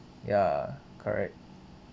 ya correct